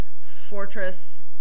fortress